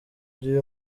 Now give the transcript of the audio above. gihe